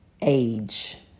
age